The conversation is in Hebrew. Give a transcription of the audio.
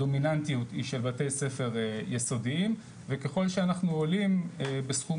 הדומיננטיות היא של בתי ספר יסודיים וככל שאנחנו עולים בסכום